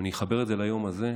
אם אני אחבר את זה ליום הזה,